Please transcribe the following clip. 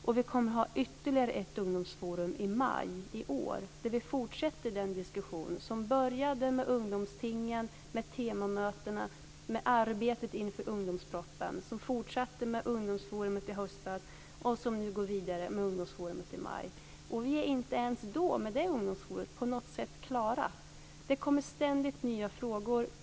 Och vi kommer att ha ytterligare ett ungdomsforum i maj i år där vi fortsätter den diskussion som började med ungdomstingen, temamötena och arbetet inför ungdomspropositionen. Det fortsatte alltså med ungdomsforumet i höstas, och nu går vi vidare med ungdomsforumet i maj. Vi är inte ens med det ungdomsforumet klara på något sätt. Det kommer ständigt nya frågor.